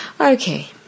Okay